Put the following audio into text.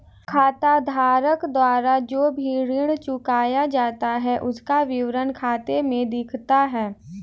खाताधारक द्वारा जो भी ऋण चुकाया जाता है उसका विवरण खाते में दिखता है